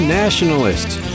nationalists